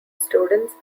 students